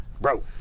Bro